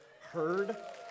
heard